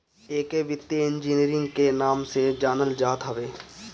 एके वित्तीय इंजीनियरिंग के नाम से जानल जात हवे